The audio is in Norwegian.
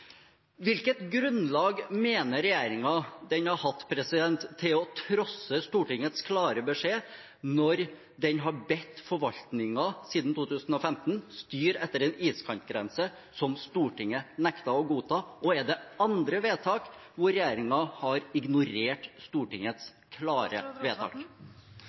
Hvilket grunnlag mener regjeringen den har hatt for å trosse Stortingets klare beskjed når den siden 2015 har bedt forvaltningen styre etter en iskantgrense som Stortinget nektet å godta? Og er det andre vedtak hvor regjeringen har ignorert Stortingets klare vedtak?